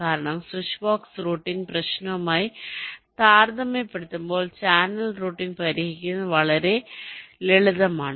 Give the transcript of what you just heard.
കാരണം switch box routing പ്രശ്നവുമായി താരതമ്യപ്പെടുത്തുമ്പോൾ ചാനൽ റൂട്ടിംഗ് പ്രശ്നങ്ങൾ പരിഹരിക്കുന്നത് വളരെ ലളിതമാണ്